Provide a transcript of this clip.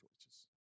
choices